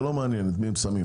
זה לא מעניין מי הם ישימו,